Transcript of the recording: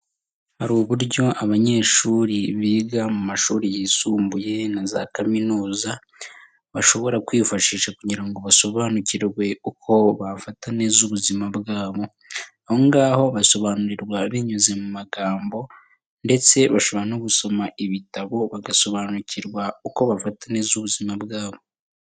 Hari uburyo abanyeshuri biga mu mashuri yisumbuye na za kaminuza, bashobora kwifashisha kugira ngo basobanukirwe uko bafata neza ubuzima bwabo. Aho ngaho basobanurirwa binyuze mu magambo, ndetse bashobora no gusoma ibitabo bagasobanukirwa uko bafata neza ubuzima bwabo.